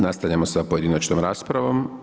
Nastavljamo sa pojedinačnom raspravom.